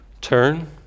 turn